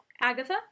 Agatha